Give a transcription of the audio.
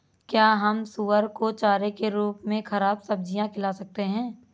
क्या हम सुअर को चारे के रूप में ख़राब सब्जियां खिला सकते हैं?